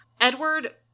Edward